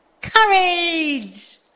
courage